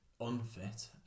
unfit